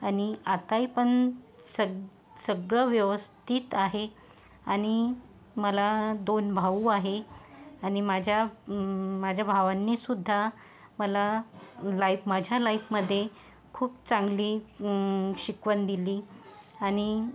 आणि आताही पण सग सगळं व्यवस्थित आहे आणि मला दोन भाऊ आहे आणि माझ्या माझ्या भावांनीसुद्धा मला लाइप माझ्या लाइपमध्ये खूप चांगली शिकवण दिली आणि